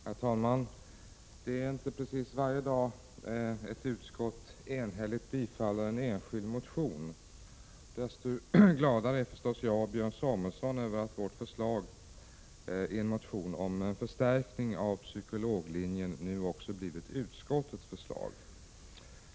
Herr talman! Det är inte precis varje dag ett utskott enhälligt tillstyrker en enskild motion. Desto gladare är naturligtvis jag och Björn Samuelson över att vårt förslag i en motion om en förstärkning av psykologlinjen nu också blivit utskottets.